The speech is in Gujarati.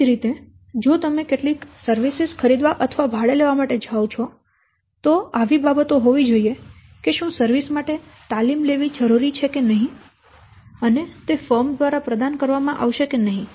તે જ રીતે જો તમે કેટલીક સેવાઓ ખરીદવા અથવા ભાડે લેવા માટે જાવ છો તો આવી બાબતો હોવી જોઈએ કે શું સર્વિસ માટે તાલીમ લેવી જરૂરી છે કે નહીં અને તે ફર્મ દ્વારા પ્રદાન કરવામાં આવશે કે નહીં